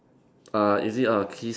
uh is it a kiss